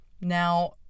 Now